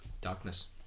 Darkness